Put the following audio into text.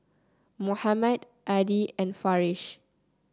Muhammad Adi and Farish